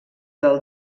del